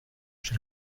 chez